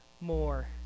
more